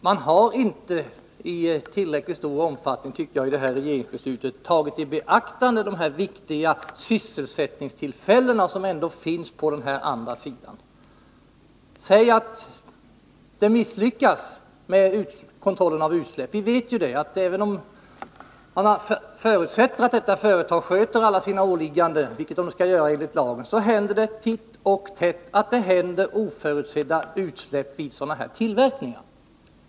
Man har inte, tycker jag, i regeringsbeslutet tillräckligt beaktat att viktiga sysselsättningstillfällen kommer i farozonen. Säg att det misslyckas med kontrollen av utsläpp. Vi vet ju att även om man förutsätter att ett företag sköter alla sina åligganden enligt lagen, så händer det titt och tätt att det sker oförutsedda utsläpp vid sådana här tillverkningar.